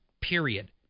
period